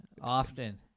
often